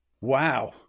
Wow